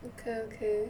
okay okay